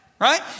right